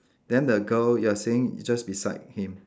then the girl you are saying is just beside him